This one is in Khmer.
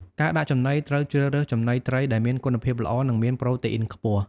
ការដាក់ចំណីត្រូវជ្រើសរើសចំណីត្រីដែលមានគុណភាពល្អ និងមានប្រូតេអ៊ីនខ្ពស់។